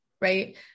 Right